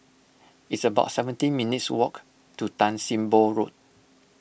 it's about seventeen minutes' walk to Tan Sim Boh Road